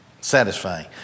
satisfying